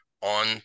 on